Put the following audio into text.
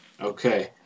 Okay